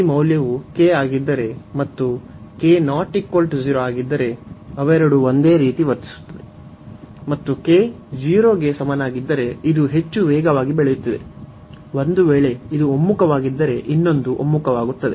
ಈ ಮೌಲ್ಯವು k ಆಗಿದ್ದರೆ ಮತ್ತು k ≠ 0 ಆಗಿದ್ದರೆ ಅವೆರಡೂ ಒಂದೇ ರೀತಿ ವರ್ತಿಸುತ್ತದೆ ಮತ್ತು k 0 ಗೆ ಸಮನಾಗಿದ್ದರೆ ಇದು ಹೆಚ್ಚು ವೇಗವಾಗಿ ಬೆಳೆಯುತ್ತಿದೆ ಒಂದು ವೇಳೆ ಇದು ಒಮ್ಮುಖವಾಗಿದ್ದರೆ ಇನ್ನೊಂದು ಒಮ್ಮುಖವಾಗುತ್ತದೆ